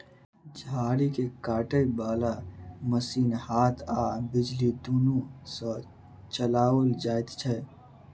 झाड़ी के काटय बाला मशीन हाथ आ बिजली दुनू सँ चलाओल जाइत छै